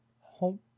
home